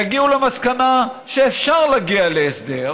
ויגיעו למסקנה שאפשר להגיע להסדר,